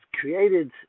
created